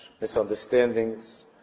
misunderstandings